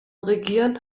regieren